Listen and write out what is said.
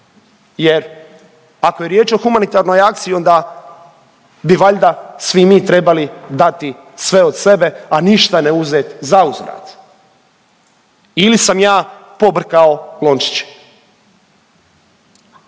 jer ako je riječ o humanitarnoj akciji onda bi valjda svi mi trebali dati od sebe, a ništa ne uzeti zauzvrat ili sam ja pobrkao lončiće.